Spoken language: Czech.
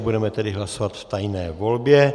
Budeme tedy hlasovat v tajné volbě.